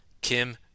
Kim